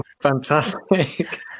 Fantastic